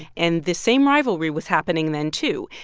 and this same rivalry was happening then, too.